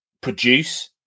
produce